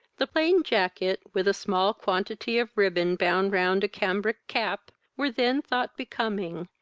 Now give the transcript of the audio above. the plain jacket, with a small quantity of ribbon bound round a cambric cap, were then thought becoming,